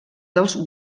dels